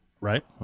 right